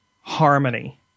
harmony